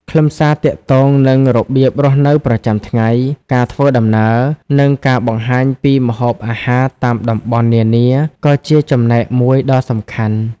ខ្លឹមសារទាក់ទងនឹងរបៀបរស់នៅប្រចាំថ្ងៃ ការធ្វើដំណើរ និងការបង្ហាញពីម្ហូបអាហារតាមតំបន់នានាក៏ជាចំណែកមួយដ៏សំខាន់។